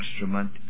instrument